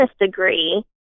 degree